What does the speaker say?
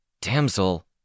Damsel